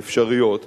האפשריות,